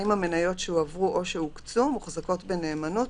האם המניות שהועברו או שהוקצו מוחזקות בנאמנות